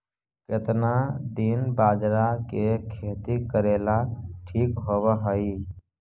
केतना दिन बाजरा के खेती करेला ठिक होवहइ?